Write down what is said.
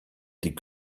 die